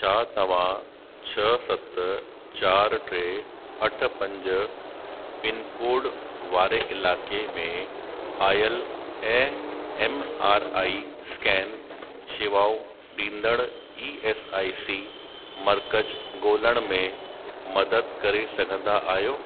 छा तव्हां छह सत चार टे अठ पंज पिनकोड वारे इलाइक़े में आयलु ऐं एमआरआई स्कैन शेवाऊं ॾींदड़ ई एस आई सी मर्कज़ु ॻोल्हण में मदद करे सघंदा आहियो